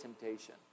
temptation